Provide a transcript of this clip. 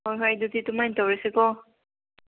ꯍꯣꯏ ꯍꯣꯏ ꯑꯗꯨꯗꯤ ꯑꯗꯨꯃꯥꯏꯅ ꯇꯧꯔꯁꯤꯀꯣ